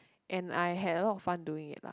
and I had a lot of fun doing it lah